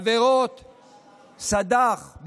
עבירות סד"ח,